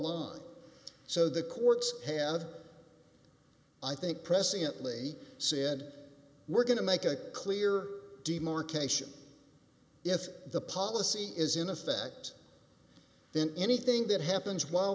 line so the courts have i think presciently said we're going to make a clear demarcation if the policy is in effect then anything that happens while